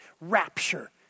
rapture